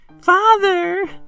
Father